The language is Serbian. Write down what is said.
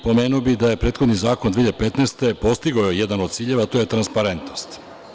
Pomenuo bih da je prethodni zakon 2015. godine postigao jedan od ciljeva, a to je transparentnost.